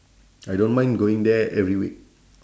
I don't mind going there every week